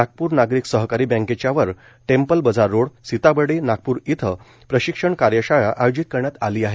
नागपूर नागरिक सहकारी बँकेच्यावर temple bazaar road Sitabuldi Nagpur इथं प्रशिक्षण कार्यशाळा आयोजित करण्यात आली आहे